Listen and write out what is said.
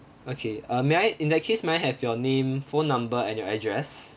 okay uh may I in that case may I have your name phone number and your address